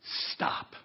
stop